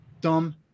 dumb